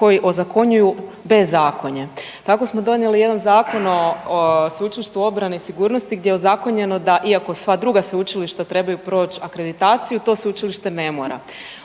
koji ozakonjuju bezakonje. Tako smo donijeli jedan Zakon o Sveučilištu obrane i sigurnosti gdje je ozakonjeno da iako sva druga sveučilišta trebaju proć akreditaciju, to sveučilište ne mora.